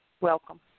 welcome